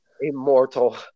Immortal